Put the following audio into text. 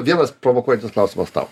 vienas provokuojantis klausimas tau